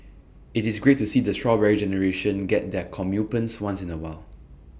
IT is great to see the Strawberry Generation get their comeuppance once in A while